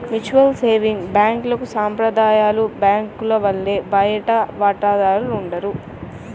mutual savings బ్యాంక్లకు సాంప్రదాయ బ్యాంకుల వలె బయటి వాటాదారులు ఉండరు